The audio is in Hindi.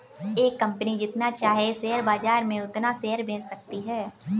एक कंपनी जितना चाहे शेयर बाजार में उतना शेयर बेच सकती है